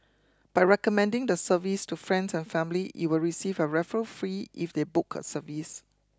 by recommending the service to friends and family you will receive a referral free if they book a service